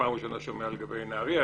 פעם ראשונה אני שומע לגבי נהריה.